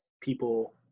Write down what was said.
people